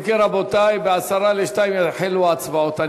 אם כן, רבותי, ב-01:50 יתחילו ההצבעות.